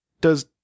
does-